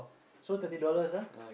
so thirty dollars ah